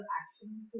actions